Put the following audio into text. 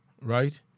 right